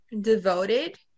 devoted